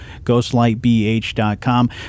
Ghostlightbh.com